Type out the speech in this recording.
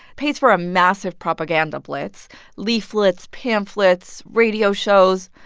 pays for a massive propaganda blitz leaflets, pamphlets, radio shows.